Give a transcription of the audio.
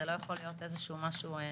זה לא יכול להיות איזשהו משהו...